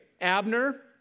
Abner